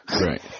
Right